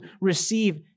receive